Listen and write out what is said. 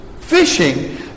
fishing